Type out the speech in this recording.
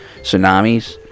tsunamis